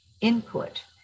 input